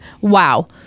Wow